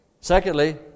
Secondly